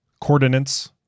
Coordinates